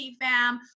fam